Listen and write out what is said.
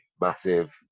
massive